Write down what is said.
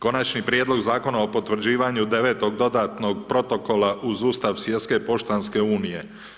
Konačni prijedlog Zakona o potvrđivanju Devetog dodatnog protokola uz Ustav Svjetske poštanske unije.